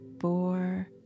four